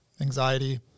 anxiety